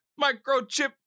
microchip